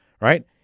right